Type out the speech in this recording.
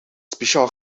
speciaal